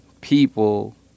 people